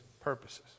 purposes